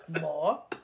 More